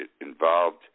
involved